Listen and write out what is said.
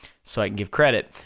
so i can give credit,